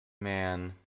Man